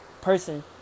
Person